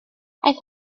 aeth